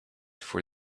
for